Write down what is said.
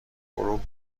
غروب